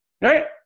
right